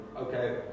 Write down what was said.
okay